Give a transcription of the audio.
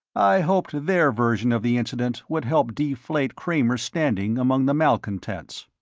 i hoped their version of the incident would help deflate kramer's standing among the malcontents.